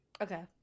Okay